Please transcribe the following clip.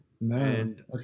Man